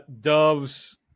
Doves